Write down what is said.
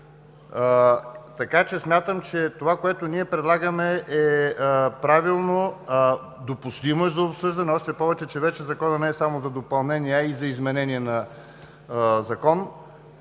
Така че смятам, че това, което ние предлагаме, е правилно, допустимо е за обсъждане, още повече че вече Законът не е само за допълнение, а и за изменение на Закон